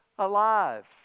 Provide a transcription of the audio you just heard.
alive